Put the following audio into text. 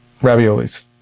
Raviolis